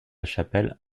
chapelle